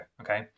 okay